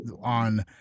on